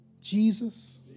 Jesus